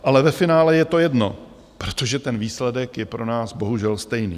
Ale ve finále je to jedno, protože ten výsledek je pro nás bohužel stejný.